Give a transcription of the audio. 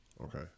okay